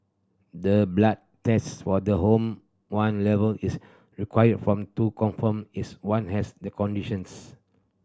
the blood tests for the hormone level is required from to confirm is one has the conditions